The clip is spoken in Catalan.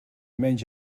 menys